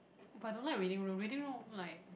but I don't like reading room reading room like